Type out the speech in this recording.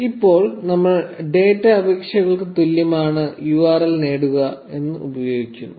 1037 ഇപ്പോൾ നമ്മൾ ഡാറ്റ അപേക്ഷകൾക്ക് തുല്യമാണ് URL നേടുക എന്ന് ഉപയോഗിക്കുന്നു